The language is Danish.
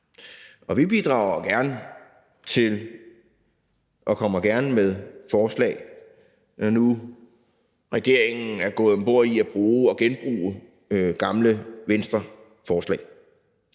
gerne til det og kommer gerne med forslag, når nu regeringen er gået om bord i at bruge og genbruge gamle Venstreforslag.